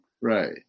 Right